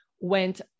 went